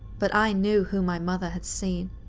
but, i knew who my mother had seen.